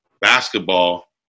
basketball